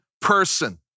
person